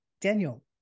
Daniel